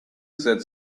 that